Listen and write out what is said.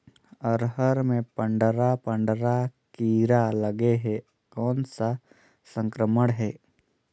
अरहर मे पंडरा पंडरा कीरा लगे हे कौन सा संक्रमण हे?